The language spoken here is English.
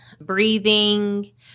breathing